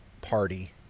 party